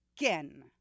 again